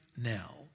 now